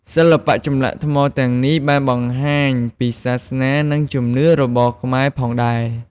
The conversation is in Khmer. សិល្បៈចម្លាក់ថ្មទាំងនេះបានបង្ហាញពីសាសនា និងជំនឿរបស់ខ្មែរផងដែរ។